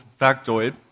factoid